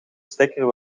stekker